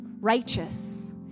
righteous